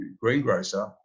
greengrocer